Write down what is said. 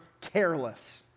careless